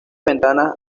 ventanas